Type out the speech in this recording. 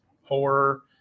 horror